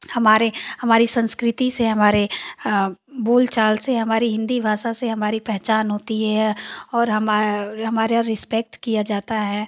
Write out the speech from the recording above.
हमारे हमारे संस्कृति से हमारे बोल चाल से हमारी हिन्दी भाषा से हमारी पहचान होती इ है और हमार् हमारा रीस्पेक्ट किया जाता है